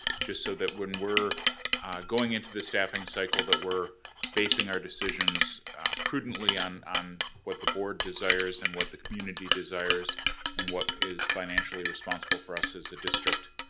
just so that when we're going into the staffing cycle, that we're basing our decisions prudently on on what the board desires and what the community desires and what is financially responsible for us as a district.